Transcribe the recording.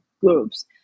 groups